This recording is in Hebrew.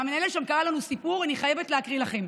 המנהלת שם קראה לנו סיפור, ואני חייבת להקריא לכם,